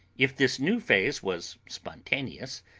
if this new phase was spontaneous,